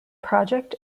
project